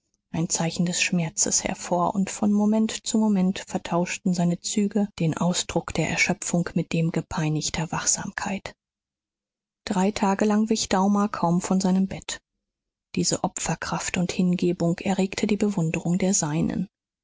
ein zeichen des schmerzes hervor und von moment zu moment vertauschten seine züge den ausdruck der erschöpfung mit dem gepeinigter wachsamkeit drei tage lang wich daumer kaum von seinem bett diese opferkraft und hingebung erregte die bewunderung der seinen